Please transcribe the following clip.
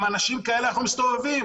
עם אנשים כאלה אנחנו מסתובבים.